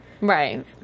right